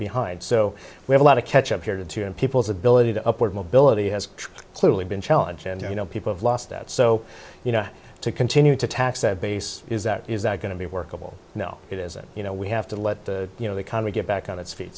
behind so we have a lot of catch up here too and people's ability to upward mobility has clearly been challenged and you know people have lost that so you know to continue to tax that base is that is that going to be workable you know it is it you know we have to let the you know the economy get back on its feet